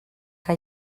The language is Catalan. que